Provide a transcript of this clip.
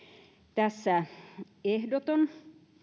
tässä ehdoton